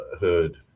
heard